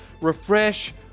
refresh